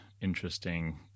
interesting